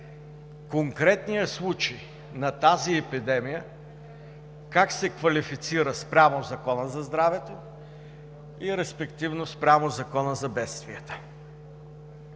конкретният случай на тази епидемия как се квалифицира спрямо Закона за здравето и респективно спрямо Закона за бедствията.